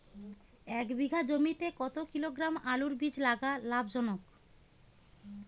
এক বিঘা জমিতে কতো কিলোগ্রাম আলুর বীজ লাগা লাভজনক?